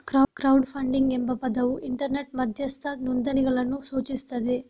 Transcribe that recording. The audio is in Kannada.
ಕ್ರೌಡ್ ಫಂಡಿಂಗ್ ಎಂಬ ಪದವು ಇಂಟರ್ನೆಟ್ ಮಧ್ಯಸ್ಥ ನೋಂದಣಿಗಳನ್ನು ಸೂಚಿಸುತ್ತದೆ